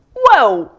whoa.